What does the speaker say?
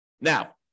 Now